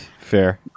Fair